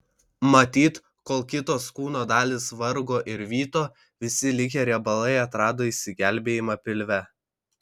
matyt kol kitos kūno dalys vargo ir vyto visi likę riebalai atrado išsigelbėjimą pilve